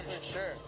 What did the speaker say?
sure